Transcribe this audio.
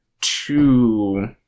two